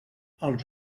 els